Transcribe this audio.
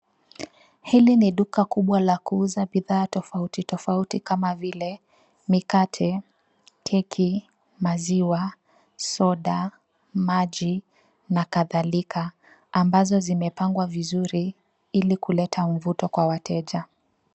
Hili ni duka kubwa la kuuza bidhaa tofauti tofauti kama vile mikate, keki, maziwa, soda, maji, na kadhalika ambazo zimepangwa vizuri ili kuleta mvuto kwa wateja.